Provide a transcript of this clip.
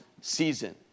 season